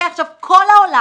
כל העולם